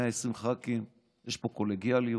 120 ח"כים, יש פה קולגיאליות.